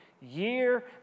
year